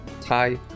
Thai